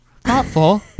Thoughtful